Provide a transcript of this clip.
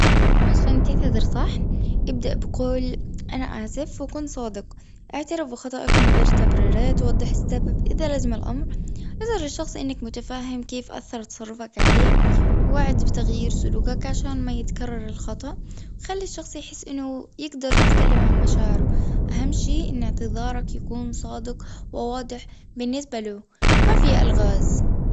عشان تعتذر صح. إبدأ بقول أنا اسف وكن صادق. أعترف بخطائك من غير تبريرات وضح السبب. إذا لازم الأمر أظهر الشخص إنك بتفهم كيف آثر تصرفك عليه. واعد بتغيير سلوكك عشان ما يتكرر الخطأ. خلي الشخص يحس أنه يقدر يتكلم عن مشاعره. أهم شيء إن إعتذارك يكون صادق وواضح بالنسبة له. ما في الغاز.